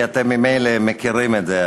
כי אתם ממילא מכירים את זה,